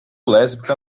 lésbica